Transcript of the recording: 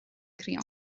crio